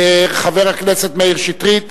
חבר הכנסת מאיר שטרית.